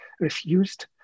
refused